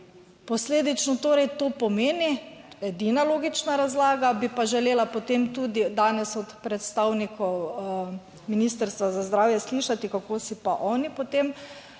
Posledično torej to pomeni, edina logična razlaga. Bi pa želela potem tudi danes od predstavnikov Ministrstva za zdravje slišati, kako si pa oni potem to